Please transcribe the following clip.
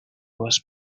was